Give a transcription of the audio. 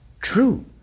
true